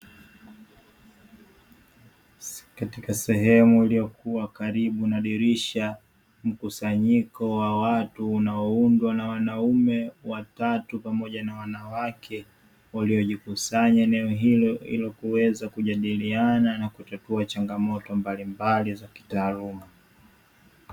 Katika sehemu iliyokuwa karibu na dirisha, mkusanyiko wa watu unaoundwa na wanaume watatu pamoja na wanawake waliojikusanya eneo hilo, ili kuweza kujadiliana na kutatua changamoto mbalimbali za kitaaluma.